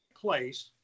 place